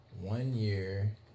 one-year